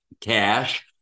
cash